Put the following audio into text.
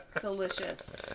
Delicious